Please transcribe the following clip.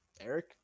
Eric